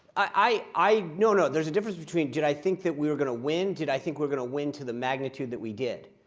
no, no. there's a difference between did i think that we were going to win, did i think we're going to win to the magnitude that we did.